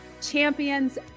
champions